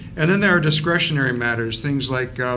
and then there are discretionary matters, things like,